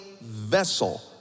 vessel